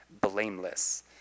blameless